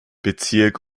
bezirk